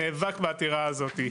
נאבק בעתירה הזאת.